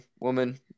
woman